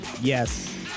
Yes